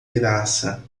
graça